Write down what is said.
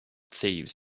thieves